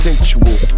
Sensual